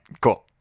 cool